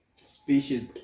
species